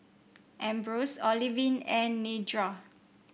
Ambrose Olivine and Nedra